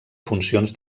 funcions